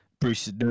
Bruce